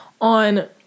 on